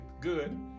good